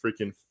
freaking